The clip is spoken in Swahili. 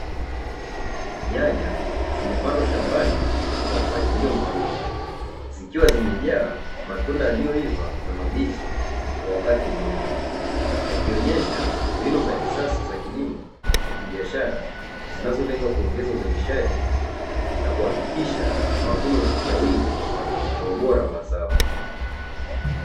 Nyanya zimepandwa shambani kwa mpangilio mzuri zikiwa zimejaa matunda yaliyoiva na mabichi kwa wakati mmoja yakionyesha mbinu za kisasa za kilimo cha kibiashara zinazolenga kuongeza uzalishaji na kuhakikisha mavuno ya wingi na ubora wa mazao.